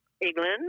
England